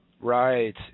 Right